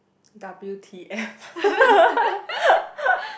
w_t_f